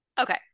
Okay